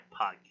podcast